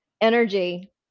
energy